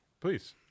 Please